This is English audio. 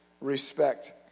respect